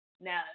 now